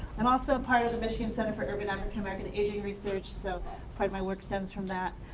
i'm also a part of the michigan center for urban african american aging research, so part of my work stems from that